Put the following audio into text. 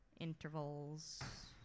intervals